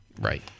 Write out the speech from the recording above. Right